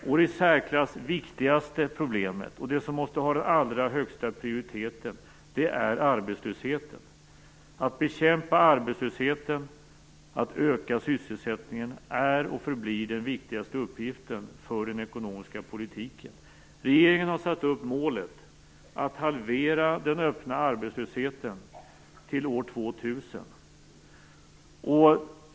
Det i särklass viktigaste problemet och det som måste ha allra högsta prioritet är arbetslösheten. Att bekämpa arbetslösheten och öka sysselsättningen är, och förblir, den viktigaste uppgiften för den ekonomiska politiken. Regeringen har satt upp målet att halvera den öppna arbetslösheten till år 2000.